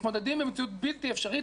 מתמודדים עם מציאות בלתי אפשרית.